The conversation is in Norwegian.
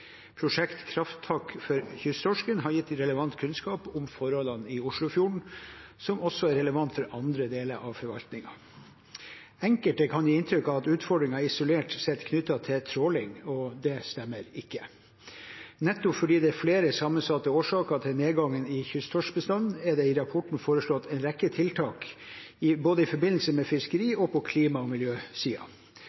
Krafttak for kysttorsken har gitt relevant kunnskap om forholdene i Oslofjorden som også er relevant for andre deler av forvaltningen. Enkelte kan gi inntrykk av at utfordringen isolert sett er knyttet til tråling. Det stemmer ikke. Nettopp fordi det er flere sammensatte årsaker til nedgangen i kysttorskbestanden, er det i rapporten foreslått en rekke tiltak både i forbindelse med fiskeri